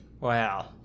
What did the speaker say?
Wow